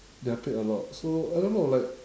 they are paid a lot so I don't know like